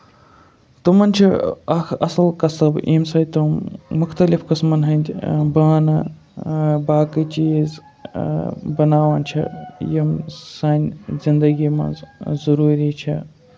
تِمن چھُ اکھ اَصٕل قصب ییٚمہِ سۭتۍ تِم مُختٔلِف قٔسمَن ۂندۍ بانہٕ باقٕے چیٖز بناوان چھِ یِم سانہِ زِندگی منٛز ضروٗری چھےٚ